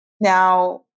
Now